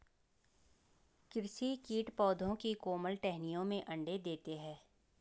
कृषि कीट पौधों की कोमल टहनियों में अंडे देते है